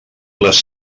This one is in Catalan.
les